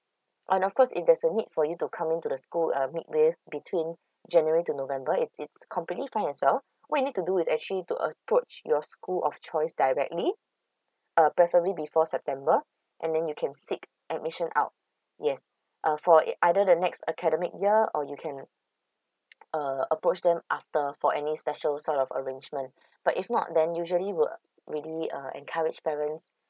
and of course it doesn't need for you to come in to the school uh midway between january to november it's it's completely fine as well what you need to do is actually to approach your school of choice directly uh preferably before september and then you can seek admission out yes uh for either the next academic year or you can uh approach them after for any special sort of arrangement but if not then usually we'll really uh encourage parents